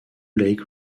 lake